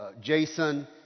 Jason